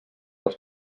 els